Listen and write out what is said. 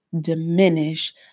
diminish